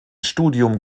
studium